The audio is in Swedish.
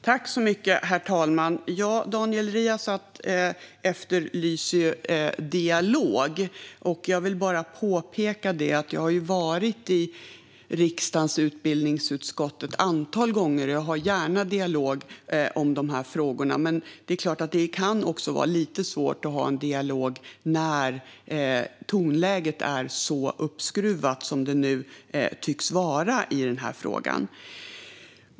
Herr talman! Daniel Riazat efterlyser dialog. Jag vill bara påpeka att jag har varit i riksdagens utbildningsutskott ett antal gånger och gärna har dialog om dessa frågor. Men det är klart att det kan vara lite svårt att ha en dialog när tonläget är så uppskruvat som det nu tycks vara i denna fråga.